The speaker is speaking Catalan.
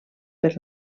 per